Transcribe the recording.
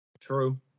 True